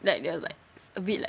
like there's like a bit like